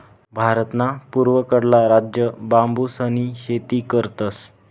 भारतना पूर्वकडला राज्य बांबूसनी शेती करतस